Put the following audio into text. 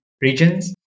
regions